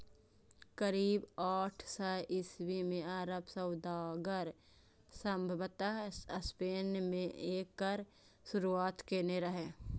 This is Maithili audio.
करीब आठ सय ईस्वी मे अरब सौदागर संभवतः स्पेन मे एकर शुरुआत केने रहै